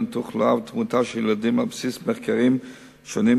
תחלואה ותמותה של ילדים על בסיס מחקרים שונים,